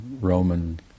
Roman